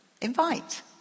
Invite